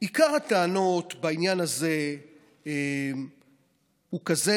עיקר הטענות בעניין הזה הוא כזה,